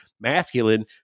masculine